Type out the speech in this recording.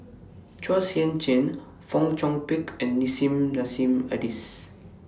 Chua Sian Chin Fong Chong Pik and Nissim Nassim Adis